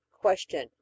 Question